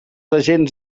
agents